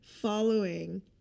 following